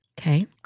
Okay